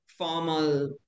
Formal